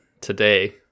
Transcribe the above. today